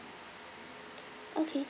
okay